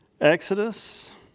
Exodus